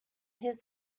his